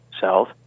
South